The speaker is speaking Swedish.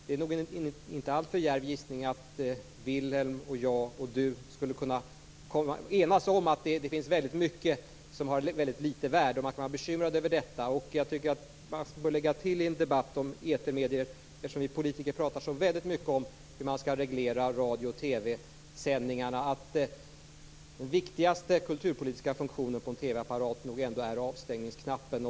Det är nog en inte allt för djärv gissning att Vilhelm, Catarina Rönnung och jag skulle kunna enas om att det finns väldigt mycket som har väldigt litet värde. Man kan vara bekymrad över detta. Eftersom vi politiker pratar väldigt mycket om hur man skall reglera radio och TV-sändningarna, tycker jag att man i en debatt om etermedier bör lägga till att den viktigaste kulturpolitiska funktionen på en TV-apparat nog ändå är avstängningsknappen.